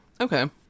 okay